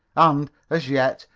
and, as yet,